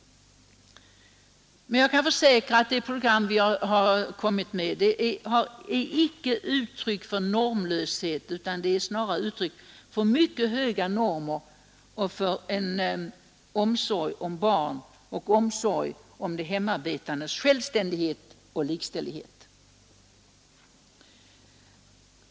Men jag kan försäkra att det program vi har lagt fram inte ger uttryck för någon normlöshet utan snarare ger uttryck för mycket höga normer och för en omsorg om barnen och om de hemarbetandes självständighet och likställdhet.